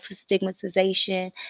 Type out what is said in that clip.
stigmatization